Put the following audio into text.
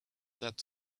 that